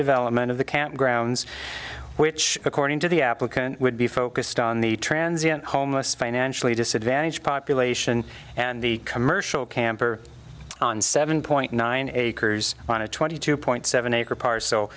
development of the campgrounds which according to the applicant would be focused on the transit homeless financially disadvantaged population and the commercial camper on seven point nine acres on a twenty two point seven